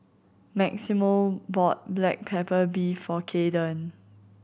Maximo bought black pepper beef for Kaeden